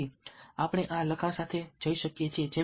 તેથી આપણે આ લખાણ સાથે જઈ શકીએ છીએ